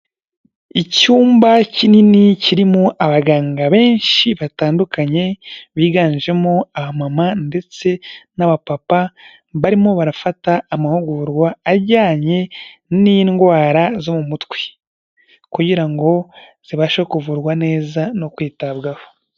Icyumba kinini kirimo abaganga benshi batandukanye, biganjemo abamama ndetse n'abapapa, barimo barafata amahugurwa ajyanye n'indwara zo mu mutwe, kugira ngo zibashe kuvurwa neza no kwitabwaho.